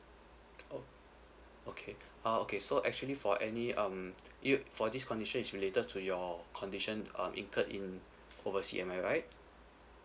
oh okay uh okay so actually for any um you for these conditions is related to your condition um incurred in overseas am I right